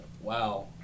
wow